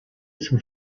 zum